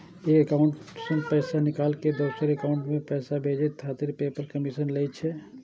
एक एकाउंट सं पैसा निकालि कें दोसर एकाउंट मे पैसा भेजै खातिर पेपल कमीशन लै छै